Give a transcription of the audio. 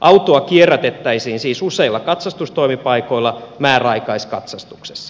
autoa kierrätettäisiin siis useilla katsastustoimipaikoilla määräaikaiskatsastuksessa